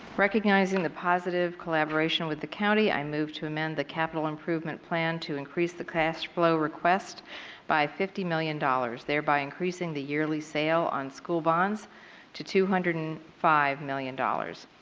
recognizing the positive collaboration with the county, i move to amend the capital improvement program to increase the cash flow request by fifty million dollars. thereby increasing the yearly sale on school bonds to two hundred and five million dollars.